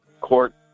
court